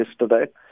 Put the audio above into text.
yesterday